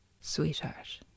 Sweetheart